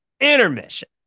intermission